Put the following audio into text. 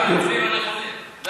נתונים לא נכונים.